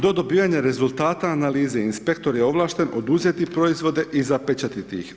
Do dobivanja rezultata analize, inspektor je ovlašten oduzeti proizvode i zapečati ih.